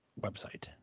website